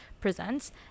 presents